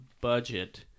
budget